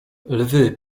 lwy